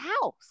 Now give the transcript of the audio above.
house